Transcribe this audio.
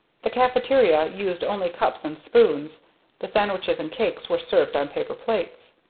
the caffeteria used only cups and spoons the sandwiches and cakes were served on paper plates.